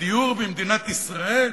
בדיור במדינת ישראל?